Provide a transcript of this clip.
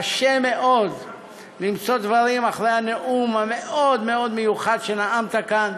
קשה מאוד למצוא דברים אחרי הנאום המאוד-מאוד מיוחד שנאמת כאן.